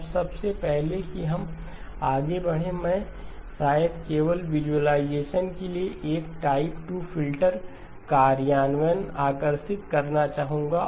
अब इससे पहले कि हम आगे बढ़ें मैं शायद केवल विज़ुअलाइज़ेशन के लिए एक टाइप 2 फ़िल्टर कार्यान्वयन आकर्षित करना चाहूंगा